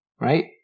right